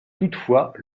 toutefois